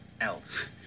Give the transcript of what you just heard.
else